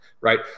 Right